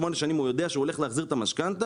שמונה שנים הוא הולך להחזיר את המשכנתא,